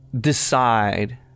decide